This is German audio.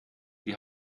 die